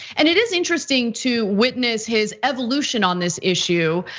and it is interesting to witness his evolution on this issue.